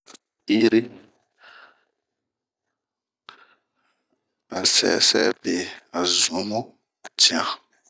Iri a sɛ'ɛɛ sɛ'ɛɛ be a zun mu tian.